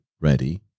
ready